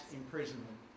imprisonment